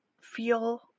feel